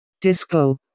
Disco